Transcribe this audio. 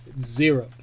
zero